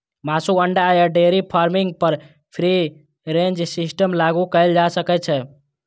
मासु, अंडा आ डेयरी फार्मिंग पर फ्री रेंज सिस्टम लागू कैल जा सकै छै